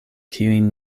kiujn